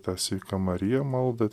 ta sveika marija maldą